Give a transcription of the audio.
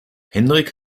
henrik